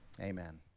amen